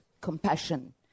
compassion